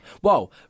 Whoa